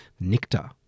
NICTA